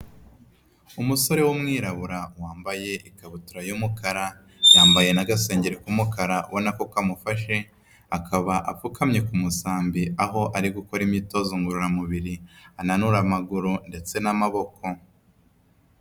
Umusore w'umwirabura wambaye ikabutura y'umukara yambaye n'agasengeri k'umukara, ubona ko kamufashe akaba apfukamye ku musambi aho ari gukora imyitozo ngororamubiri, ananura amaguru ndetse n'amaboko.